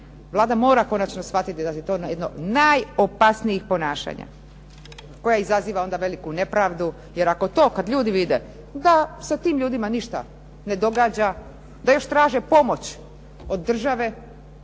Vlada mora konačno shvatiti da je to jedno od najopasnijih ponašanja, koja izaziva onda veliku nepravdu, jer to ako to ljudi vide da se tim ljudima ništa ne događa, da još traže pomoć od države